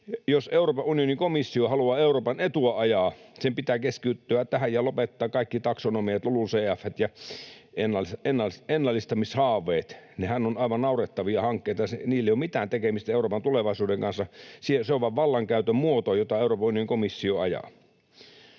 komissio haluaa Euroopan etua ajaa, sen pitää keskittyä tähän ja lopettaa kaikki taksonomiat, LULUCF:t ja ennallistamishaaveet. Nehän ovat aivan naurettavia hankkeita. Niillä ei ole mitään tekemistä Euroopan tulevaisuuden kanssa, vaan ne ovat vain vallankäytön muoto, jota Euroopan